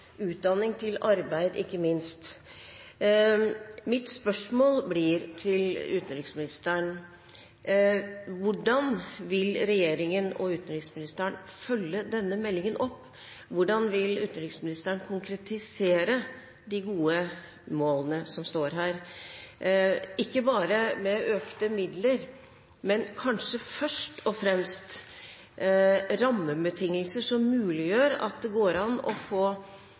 utdanning til arbeid. Mine spørsmål til utenriksministeren blir: Hvordan vil regjeringen og utenriksministeren følge opp denne meldingen? Hvordan vil utenriksministeren konkretisere de gode målene som står her, ikke bare med økte midler, men kanskje først og fremst med rammebetingelser som muliggjør å få